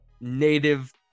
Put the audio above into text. native